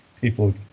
people